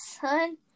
son